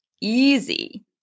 easy